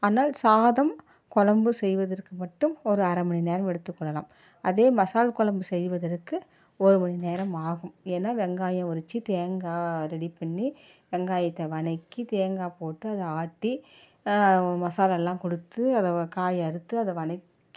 ஆனால் சாதம் குழம்பு செய்வதற்கு மட்டும் ஒரு அரை மணி நேரம் எடுத்துக்கொள்ளலாம் அதே மசால் குழம்பு செய்வதற்கு ஒரு மணி நேரம் ஆகும் ஏன்னால் வெங்காயம் உரித்து தேங்காய் ரெடி பண்ணி வெங்காயத்தை வணக்கி தேங்காய் போட்டு அதை ஆத்தி மசாலாலாம் கொடுத்து அதை காயை அறுத்து அதை வணக்கி